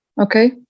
okay